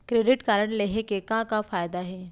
Credit card लेहे के का का फायदा हे?